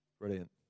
Brilliant